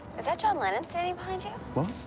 is that john lennon standing behind you? what?